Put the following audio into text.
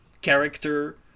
character